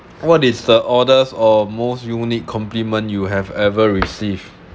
what is the oddest or most unique compliment you have ever received